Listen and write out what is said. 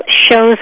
shows